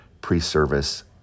pre-service